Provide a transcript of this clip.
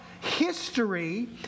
history